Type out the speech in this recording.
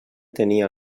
tenia